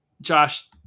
Josh